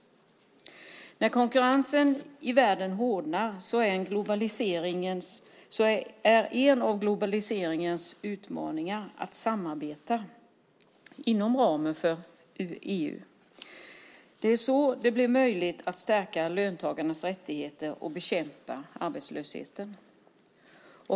När konkurrensen i världen hårdnar är en av globaliseringens utmaningar att samarbeta inom ramen för EU. Det är så det blir möjligt att stärka löntagarnas rättigheter och bekämpa arbetslösheten.